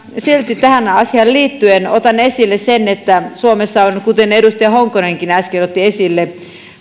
silti tähän asiaan liittyen otan esille sen että suomessa on kuten edustaja honkonenkin äsken otti esille